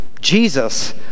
Jesus